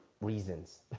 reasons